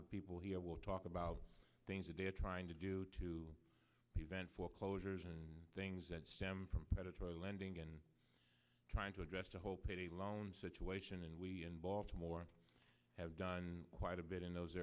of people here will talk about things that they are trying to do to prevent foreclosures and things that stem from predatory lending and trying to address the whole payday loan situation and we involved more have done quite a bit in those